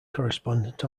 correspondent